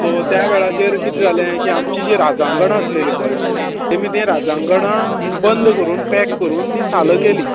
so त्यो वेळाचेर कितें जालें की आमचीं जी राज्यांगणां आसलेलीं पय तेमी तीं राज्यांगणां बंद करून पेक करून तीं साल केली